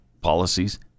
policies